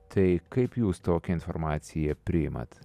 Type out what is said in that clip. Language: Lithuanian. tai kaip jūs tokią informaciją priimat